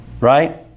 right